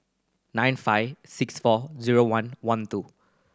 nine five six four zero one one two